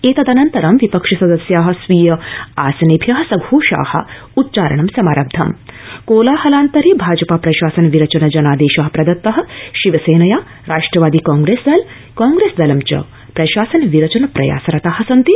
एतदनन्तरं विपक्षि सदस्या स्वीय आसनेभ्य सघोषा उच्चारणं समारब्धम कोलाहलान्तरे भाजपा प्रशासन विरचन जनादेश प्रदत्त शिवसेनया राष्ट्रवादीकांग्रस दल कांग्रेसदलं च प्रशासन विरचन प्रयास रता सन्ति